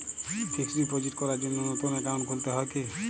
Fix deposit করার জন্য নতুন অ্যাকাউন্ট খুলতে হয় কী?